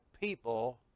people